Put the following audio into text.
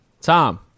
Tom